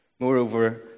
Moreover